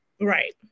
Right